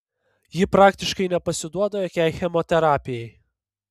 ji praktiškai nepasiduoda jokiai chemoterapijai